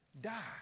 Die